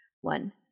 One